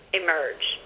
emerge